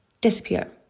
Disappear